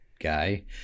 guy